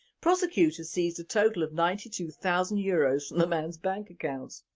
prosecutors seized a total of ninety two thousand euros from the manis bank accounts.